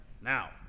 Now